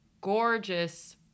gorgeous